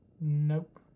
Nope